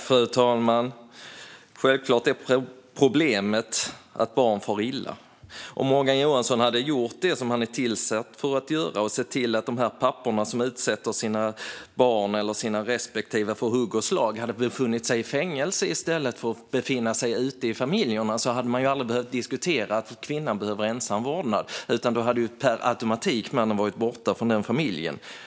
Fru talman! Självklart är problemet att barn far illa. Om Morgan Johansson hade gjort det som han är tillsatt för att göra och sett till att de pappor som utsätter sina barn eller sina respektive för hugg och slag hade befunnit sig i fängelse i stället för att befinna sig ute i sina familjer hade vi aldrig behövt diskutera att kvinnan behöver ensam vårdnad, för då hade mannen per automatik varit borta från den familjen.